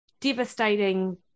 devastating